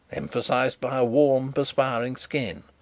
emphasized by a warm, perspiring skin.